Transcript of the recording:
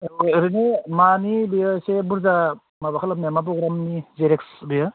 ओरैनो मानि बेयो एसे बुरजा माबा खालामनाया मा प्रग्रामनि जेरक्स बेयो